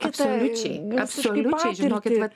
absoliučiai absoliučiai žinokit vat